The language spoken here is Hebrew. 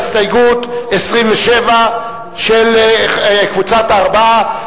הסתייגות 27 של קבוצת הארבעה,